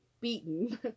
beaten